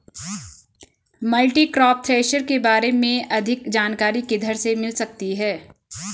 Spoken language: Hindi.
मल्टीक्रॉप थ्रेशर के बारे में अधिक जानकारी किधर से मिल सकती है?